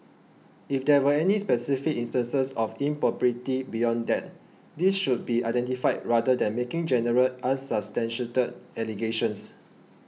if there were any specific instances of impropriety beyond that these should be identified rather than making general unsubstantiated allegations